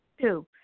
Two